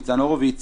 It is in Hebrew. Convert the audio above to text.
ניצן הורוביץ,